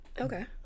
Okay